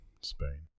Spain